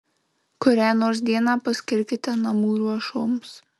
kurią nors dieną paskirkite namų ruošoms